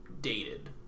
dated